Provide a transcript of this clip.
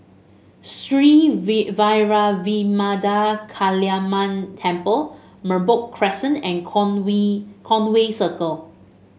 Sri Vairavimada Kaliamman Temple Merbok Crescent and Conway Circle